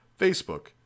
Facebook